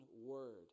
word